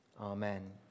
amen